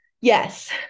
yes